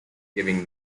giving